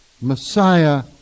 Messiah